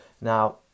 Now